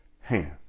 hand